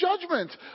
judgment